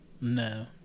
No